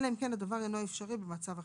אלא אם כן הדבר אינו אפשרי במצב חירום.